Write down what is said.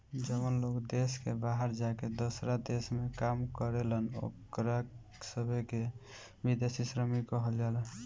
जवन लोग देश के बाहर जाके दोसरा देश में काम करेलन ओकरा सभे के विदेशी श्रमिक कहल जाला